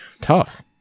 Tough